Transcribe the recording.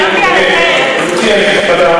גברתי הנכבדה,